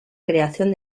creación